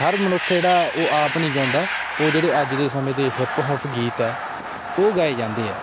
ਹਰ ਮਨੁੱਖ ਜਿਹੜਾ ਉਹ ਆਪ ਨਹੀਂ ਗਾਉਂਦਾ ਉਹ ਜਿਹੜੇ ਅੱਜ ਦੇ ਸਮੇਂ ਦੇ ਹਿੱਪ ਹੋਫ ਗੀਤ ਹੈ ਉਹ ਗਾਏ ਜਾਂਦੇ ਹੈ